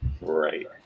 Right